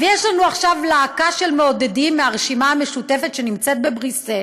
יש לנו עכשיו להקה של מעודדים מהרשימה המשותפת שנמצאת בבריסל,